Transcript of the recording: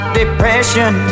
depression